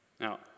Now